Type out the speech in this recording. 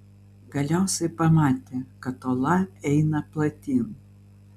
galiausiai pamatė kad ola eina platyn